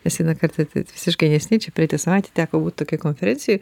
nes vieną kartą taip visiškai neseniai čia praeitą savaitę teko būt tokioj konferencijoj